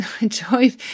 enjoy